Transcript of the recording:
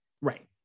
right